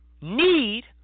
need